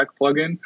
plugin